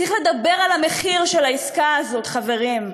צריך לדבר על המחיר של העסקה הזאת, חברים,